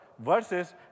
versus